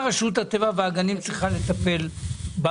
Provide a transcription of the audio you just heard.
מצביעים על